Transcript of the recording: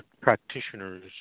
practitioners